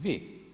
Vi.